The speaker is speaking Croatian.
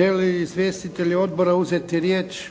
Žele li izvjestitelji odbora uzeti riječ?